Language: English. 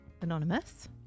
Anonymous